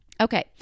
Okay